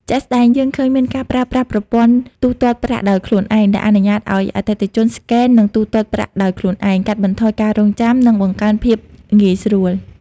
ជាក់ស្តែង យើងឃើញមានការប្រើប្រាស់ប្រព័ន្ធទូទាត់ប្រាក់ដោយខ្លួនឯង ដែលអនុញ្ញាតឲ្យអតិថិជនស្កេន និងទូទាត់ប្រាក់ដោយខ្លួនឯង កាត់បន្ថយការរង់ចាំ និងបង្កើនភាពងាយស្រួល។